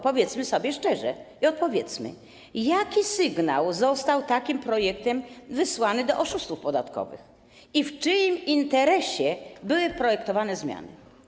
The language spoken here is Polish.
Powiedzmy sobie szczerze, odpowiedzmy, jaki sygnał został w związku z takim projektem wysłany do oszustów podatkowych i w czyim interesie były projektowane zmiany.